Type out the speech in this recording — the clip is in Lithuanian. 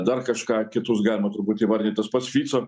dar kažką kitus galima turbūt įvardinti tas pats filcon